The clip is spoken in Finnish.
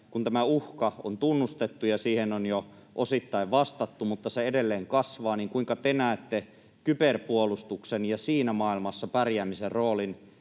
kun tämä uhka on tunnustettu ja siihen on jo osittain vastattu mutta se edelleen kasvaa, niin kuinka te näette kyberpuolustuksen ja siinä maailmassa pärjäämisen roolin